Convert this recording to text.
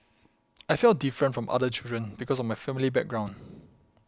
I felt different from other children because of my family background